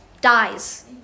dies